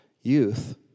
youth